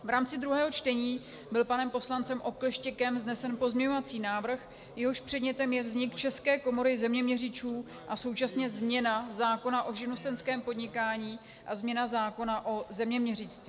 V rámci druhého čtení byl panem poslancem Oklešťkem vznesen pozměňovací návrh, jehož předmětem je vznik České komory zeměměřičů a současně změna zákona o živnostenském podnikání a změna zákona o zeměměřictví.